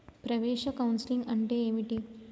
ప్రవేశ కౌన్సెలింగ్ అంటే ఏమిటి?